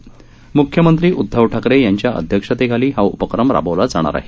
म्ख्यमंत्री उद्धव ठाकरे यांच्या अध्यक्षतेखाली हा उपक्रम राबवला जाणार आहे